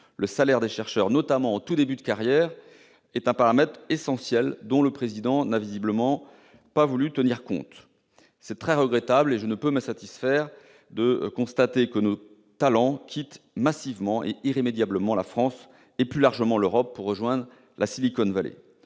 le salaire des chercheurs, notamment en tout début de carrière, est un paramètre essentiel dont le Président de la République n'a visiblement pas voulu tenir compte. C'est très regrettable, et je ne peux me satisfaire de constater que nos talents quittent massivement et irrémédiablement la France et, plus largement, l'Europe, pour rejoindre la Silicon Valley.